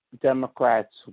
Democrats